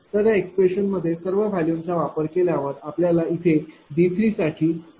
तर या एक्सप्रेशनमध्ये सर्व वैल्यूचा वापर केल्यावर आपल्याला इथे D साठीD3 0